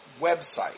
website